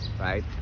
right